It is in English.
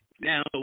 Now